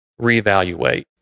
reevaluate